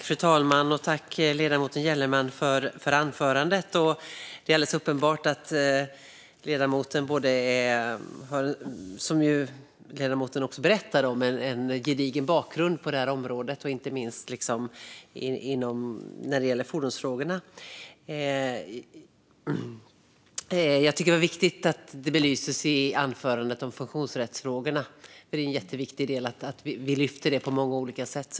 Fru talman! Tack, ledamoten Gellerman, för anförandet! Det är alldeles uppenbart att ledamoten har en gedigen bakgrund på det här området, vilket hon ju också berättade om, inte minst när det gäller fordonsfrågorna. Detta med funktionsrättsfrågorna som belystes i anförandet är viktigt. Det är viktigt att vi lyfter det på olika sätt.